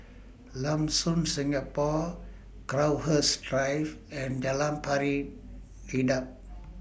Lam Soon Singapore Crowhurst Drive and Jalan Pari Dedap